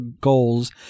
goals